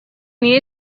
nire